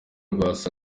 rwasa